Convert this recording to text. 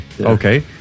Okay